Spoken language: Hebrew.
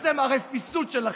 בעצם הרפיסות שלכם,